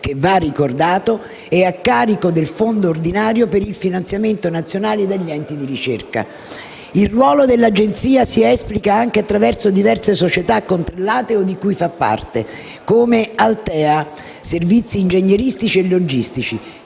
che - va ricordato - è a carico del Fondo ordinario per il finanziamento nazionale degli enti di ricerca. Il ruolo dell'Agenzia si esplica anche attraverso diverse società controllate o di cui fa parte, come Altea (servizi ingegneristici e logistici),